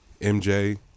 MJ